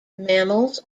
mammals